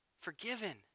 forgiven